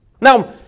Now